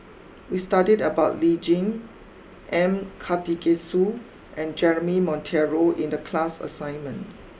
we studied about Lee Tjin M Karthigesu and Jeremy Monteiro in the class assignment